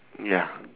ya